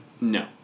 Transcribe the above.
No